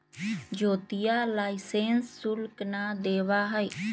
ज्योतिया लाइसेंस शुल्क ना देवा हई